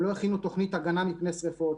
הם לא הכינו תוכנית הגנה מפני שרפות,